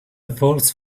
false